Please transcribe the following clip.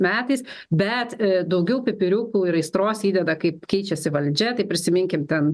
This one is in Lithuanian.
metais bet daugiau pipiriukų ir aistros įdeda kaip keičiasi valdžia tai prisiminkim ten